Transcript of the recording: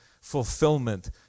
fulfillment